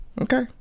okay